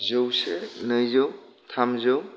जौसे नैजौ थामजौ